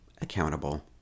accountable